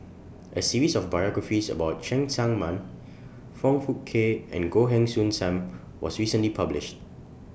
A series of biographies about Cheng Tsang Man Foong Fook Kay and Goh Heng Soon SAM was recently published